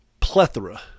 plethora